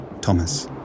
Thomas